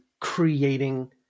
creating